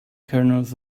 kernels